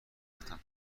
گرفتم